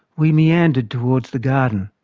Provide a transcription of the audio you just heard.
we meandered towards the garden.